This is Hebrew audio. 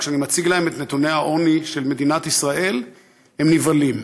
כשאני מציג להם את נתוני העוני של מדינת ישראל הם נבהלים.